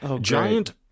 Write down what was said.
giant